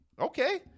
okay